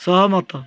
ସହମତ